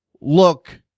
look